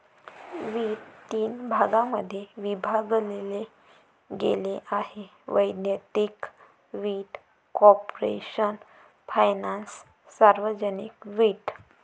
वित्त तीन भागांमध्ये विभागले गेले आहेः वैयक्तिक वित्त, कॉर्पोरेशन फायनान्स, सार्वजनिक वित्त